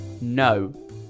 No